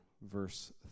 verse